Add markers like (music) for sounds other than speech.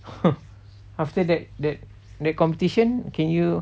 (breath) after that that that competition can you